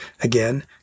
Again